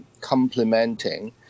complementing